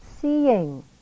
Seeing